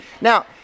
now